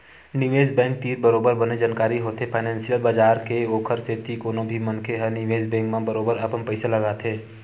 निवेस बेंक तीर बरोबर बने जानकारी होथे फानेंसियल बजार के ओखर सेती कोनो भी मनखे ह निवेस बेंक म बरोबर अपन पइसा लगाथे